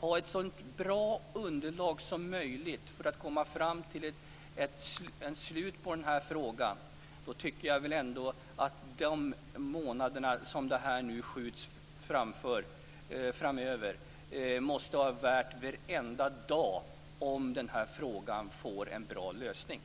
få ett så bra underlag som möjligt för att komma fram till ett beslut som innebär en bra lösning, tycker jag att det är värt varenda dags fördröjning under månaderna framöver fram till beslutet.